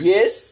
Yes